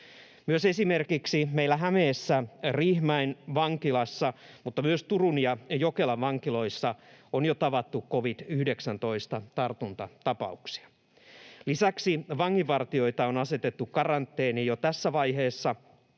Myös esimerkiksi meillä Hämeessä Riihimäen vankilassa mutta myös Turun ja Jokelan vankiloissa on jo tavattu covid-19-tartuntatapauksia. Lisäksi vanginvartijoita on asetettu karanteeniin jo tässä vaiheessa,